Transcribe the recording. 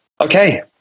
Okay